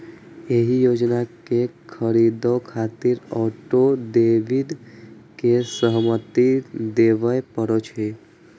एहि योजना कें खरीदै खातिर ऑटो डेबिट के सहमति देबय पड़ै छै